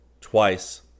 twice